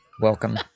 Welcome